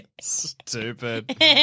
Stupid